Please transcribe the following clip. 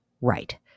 right